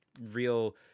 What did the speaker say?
real